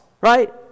right